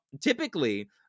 Typically